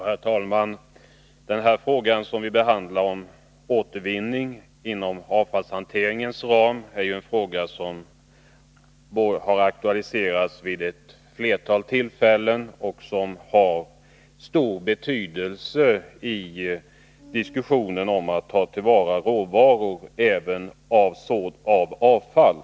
Herr talman! Frågan om återvinning av avfall har aktualiserats vid ett flertal tillfällen. Denna fråga har stor betydelse i diskussionen om att ta till vara råvaror även ur avfall.